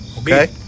Okay